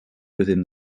within